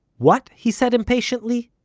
what! he said impatiently,